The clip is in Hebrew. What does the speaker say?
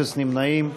אפס נמנעים.